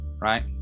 right